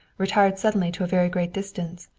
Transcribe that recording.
retired suddenly to a very great distance,